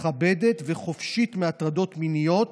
מכבדת וחופשית מהטרדות מיניות